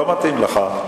לא מתאים לך.